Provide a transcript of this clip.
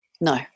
No